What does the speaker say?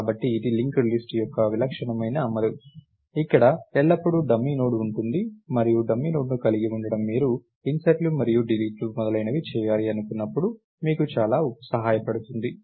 కాబట్టి ఇది linked list యొక్క విలక్షణమైన అమలు ఇక్కడ ఎల్లప్పుడూ డమ్మీ నోడ్ ఉంటుంది మరియు డమ్మీ నోడ్ని కలిగి ఉండటం మీరు ఇన్సర్ట్లు మరియు డిలీట్లు మొదలైనవి చేయాలి అనుకున్నప్పుడు మీకు చాలా సహాయపడుతుంది